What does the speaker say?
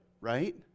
right